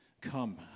Come